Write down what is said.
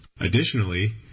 Additionally